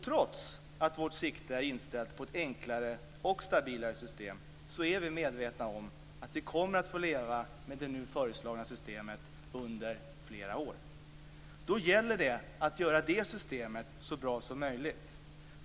Trots att vårt sikte är inställt på ett enklare och stabilare system är vi medvetna om att vi kommer att få leva med det nu föreslagna systemet under flera år. Då gäller det att göra det systemet så bra som möjligt.